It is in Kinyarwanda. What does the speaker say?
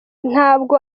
ntabwo